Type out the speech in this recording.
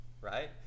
right